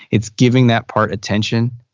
it's giving that part attention.